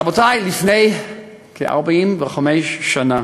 רבותי, לפני כ-45 שנה